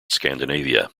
scandinavia